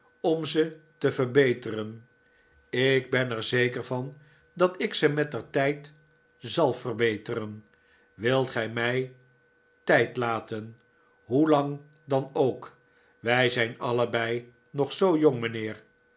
om ze te verbeteren ik ben er zeker van dat ik ze mettertijd zal verbeteren wilt ge mij tijd laten hoe lang dan ook wij zijn allebei nog zoo jong mijnheer